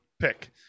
pick